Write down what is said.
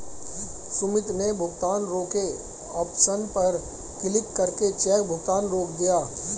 सुमित ने भुगतान रोके ऑप्शन पर क्लिक करके चेक भुगतान रोक दिया